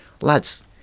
Lads